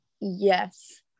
Yes